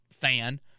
fan